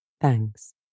Thanks